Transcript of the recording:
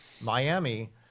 Miami